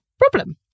problem